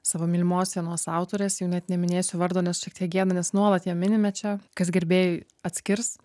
savo mylimos vienos autorės jau net neminėsiu vardo nes šiek tiek gėda nes nuolat ją minime čia kas gerbėjai atskirs